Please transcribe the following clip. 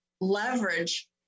leverage